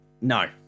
No